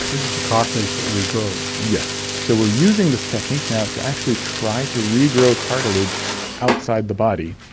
this is the cartilage that regrows? yes. so we are using this technique now to actually try to regrow cartilage outside the body,